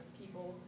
people